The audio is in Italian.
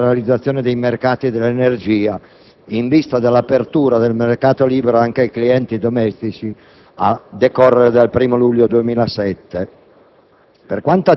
in materia di liberalizzazione dei mercati dell'energia in vista dell'apertura del mercato libero anche ai clienti domestici, a decorrere dal 1° luglio 2007.